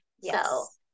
Yes